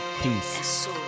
peace